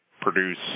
produce